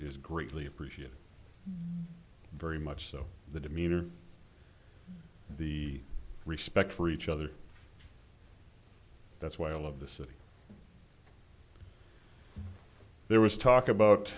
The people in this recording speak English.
is greatly appreciated very much so the demeanor the respect for each other that's why all of the city there was talk about